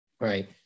right